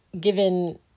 given